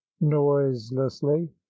noiselessly